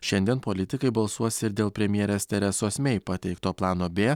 šiandien politikai balsuos ir dėl premjerės teresos mei pateikto plano b